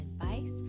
advice